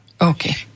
Okay